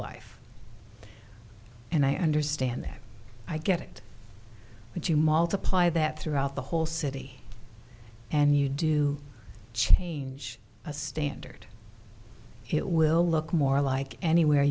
life and i understand that i get it but you multiply that throughout the whole city and you do change a standard it will look more like anywhere